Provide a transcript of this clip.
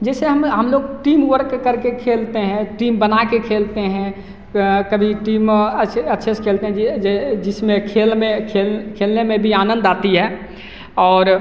जैसे हमें हम लोग टीमवर्क करके खेलते हैं टीम बना के खेलते हैं कभी टीम अच्छे अच्छे से खेलते हैं जिसमें खेल में खेलने में भी आनंद आती है और